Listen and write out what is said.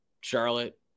Charlotte